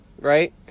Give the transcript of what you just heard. right